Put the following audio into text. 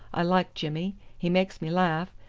i like jimmy, he makes me laugh,